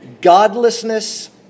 godlessness